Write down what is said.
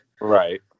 Right